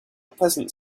pleasant